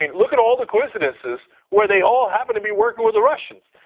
and look at all the coincidences where they all happen to be working with the russians.